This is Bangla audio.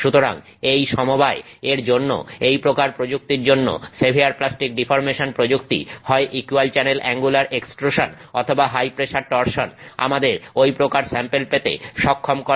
সুতরাং এই সমবায় এর জন্য এই প্রকার প্রযুক্তির জন্য সেভিয়ার প্লাস্টিক ডিফর্মেশন প্রযুক্তি হয় ইকুয়াল চ্যানেল অ্যাঙ্গুলার এক্সট্রুসান অথবা হাই প্রেসার টরসন আমাদের ওই প্রকার স্যাম্পেল পেতে সক্ষম করে